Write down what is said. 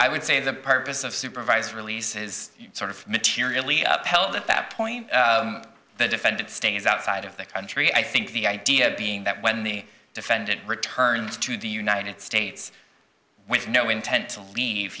i would say the purpose of supervised release is sort of materially up held at that point the defendant stays outside of the country i think the idea being that when the defendant returned to the united states with no intent to leave